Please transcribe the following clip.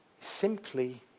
Simply